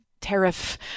tariff